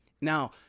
Now